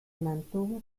mantuvo